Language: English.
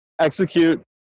execute